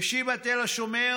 בשיבא תל השומר,